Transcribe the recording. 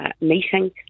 meeting